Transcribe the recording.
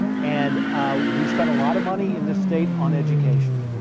and we spend a lot of money in this state on education.